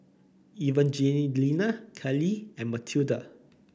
Evangelina Kailey and Matilde